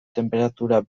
tenperatura